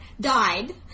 died